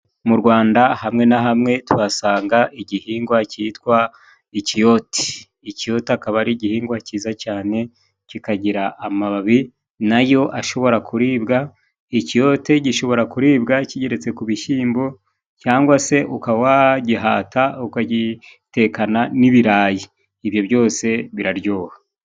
Mu Rwanda hamwe na hamwe tuhasanga igihingwa cyitwa ikiyoti, ikiyote akaba ari igihingwa cyiza cyane kikagira amababi nayo ashobora kuribwa, ikiyote gishobora kuribwa kigereritse ku ibishyimbo cyangwa se ukagihata ukagitekana n'ibirayi. Ibyo byose biraryoha.